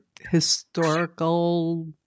historical